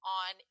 on